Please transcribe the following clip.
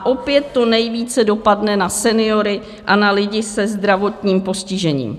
Opět to nejvíce dopadne na seniory a na lidi se zdravotním postižením.